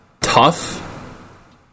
tough